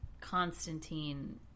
Constantine